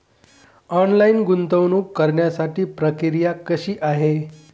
Online गुंतवणूक करण्यासाठी प्रक्रिया कशी आहे?